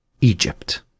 Egypt